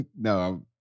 No